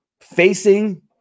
facing